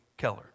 keller